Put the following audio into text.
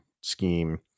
scheme